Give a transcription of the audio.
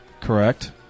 Correct